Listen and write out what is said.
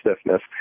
stiffness